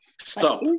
stop